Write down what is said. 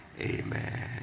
Amen